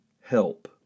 help